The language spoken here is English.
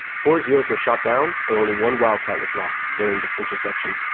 four zeros were shot down and only one wildcat was lost during this interception.